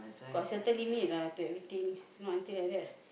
got certain limit lah to everything not until like that